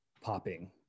popping